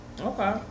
Okay